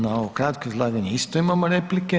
Na ovo kratko izlaganje isto imamo replike.